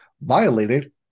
violated